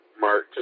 Mark